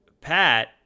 Pat